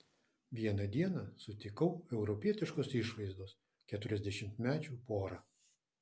vieną dieną sutikau europietiškos išvaizdos keturiasdešimtmečių porą